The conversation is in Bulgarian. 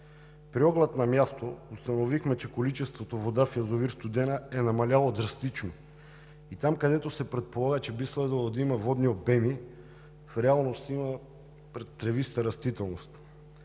При оглед на място установихме, че количеството вода в язовир „Студена“ е намаляло драстично и там, където се предполага, че би следвало да има водни обеми, в реалност има тревиста растителност.